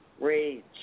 Rage